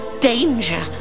danger